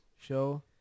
show